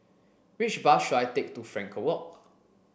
which bus should I take to Frankel Walk